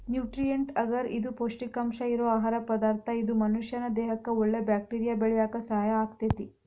nutrient agar ಇದು ಪೌಷ್ಟಿಕಾಂಶ ಇರೋ ಆಹಾರ ಪದಾರ್ಥ ಇದು ಮನಷ್ಯಾನ ದೇಹಕ್ಕಒಳ್ಳೆ ಬ್ಯಾಕ್ಟೇರಿಯಾ ಬೆಳ್ಯಾಕ ಸಹಾಯ ಆಗ್ತೇತಿ